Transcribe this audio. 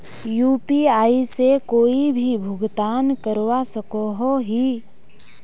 UPI से कोई भी भुगतान करवा सकोहो ही?